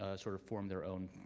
ah sort of formed their own